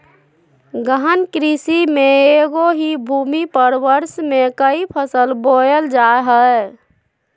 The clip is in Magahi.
गहन कृषि में एगो ही भूमि पर वर्ष में क़ई फसल बोयल जा हइ